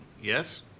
yes